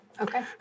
Okay